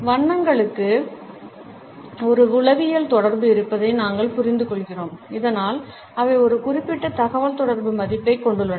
வண்ணங்களுக்கு ஒரு உளவியல் தொடர்பு இருப்பதை நாங்கள் புரிந்துகொள்கிறோம் இதனால் அவை ஒரு குறிப்பிட்ட தகவல்தொடர்பு மதிப்பைக் கொண்டுள்ளன